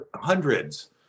hundreds